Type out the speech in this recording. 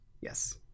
yes